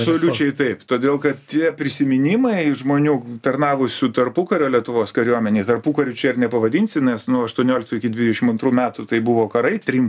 absoliučiai taip todėl kad tie prisiminimai žmonių tarnavusių tarpukario lietuvos kariuomenėj tarpukariu čia ir nepavadinsi nes nuo aštuonioliktų iki dvidešim antrų metų tai buvo karai trim